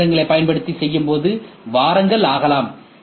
C இயந்திரங்களைப் பயன்படுத்தி செய்யும்போது வாரங்கள் ஆகலாம்